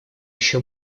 еще